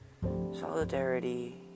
Solidarity